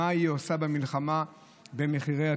מה שהיא עושה במלחמה במחירי הדירות.